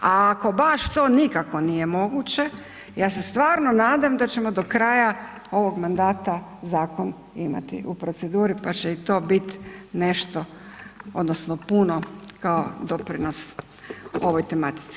A ako baš to nikako nije moguće, ja se stvarno nadam da ćemo do kraja ovoga mandata zakon imati u proceduri, pa će i to biti nešto odnosno puno kao doprinos ovoj tematici.